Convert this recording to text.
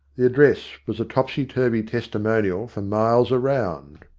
the address was a topsy-turvy testi monial for miles round.